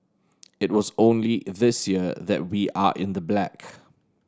it was only this year that we are in the black